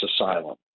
asylum